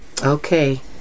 Okay